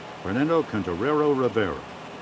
fernando cantarero rivera.